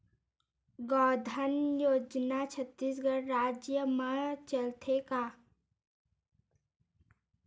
गौधन योजना छत्तीसगढ़ राज्य मा चलथे का?